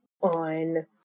on